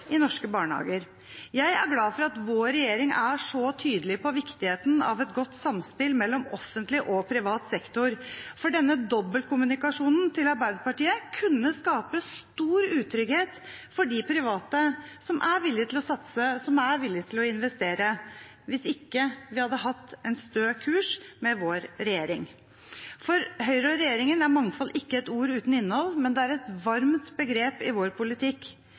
i norske barnehager. Jeg er glad for at vår regjering er så tydelig på viktigheten av et godt samspill mellom offentlig og privat sektor, for denne dobbeltkommunikasjonen til Arbeiderpartiet kunne skapt stor utrygghet for de private som er villige til å satse, og som er villige til å investere – hvis ikke vi hadde hatt en stø kurs med vår regjering. For Høyre og regjeringen er mangfold ikke et ord uten innhold, men et varmt begrep i vår politikk.